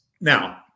Now